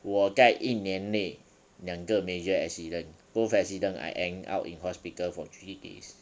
我在一年内两个 major accident both accident I end up in hospital for three days